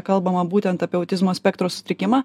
kalbama būtent apie autizmo spektro sutrikimą